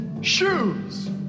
Shoes